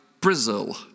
Brazil